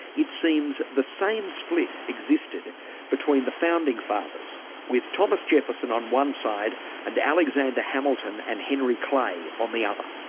it seems the same split existed between the founding fathers with thomas jefferson on one side and alexander hamilton and henry clay on the other.